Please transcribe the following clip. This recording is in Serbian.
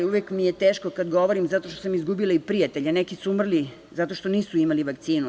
Uvek mi je teško kada govorim zato što sam izgubila i prijatelje, neki su umrli zato što nisu imali vakcinu.